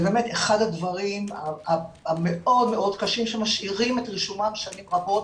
אחד הדברים המאוד קשים שמשאירים את רישומם שנים רבות,